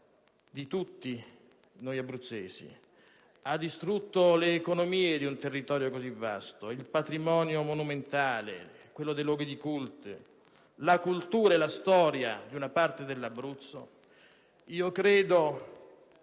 di tutti noi abruzzesi, ha distrutto l'economia di un territorio così vasto, il patrimonio monumentale, quello dei luoghi di culto, la cultura e la storia di una parte dell'Abruzzo. Credo